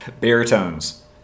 Baritones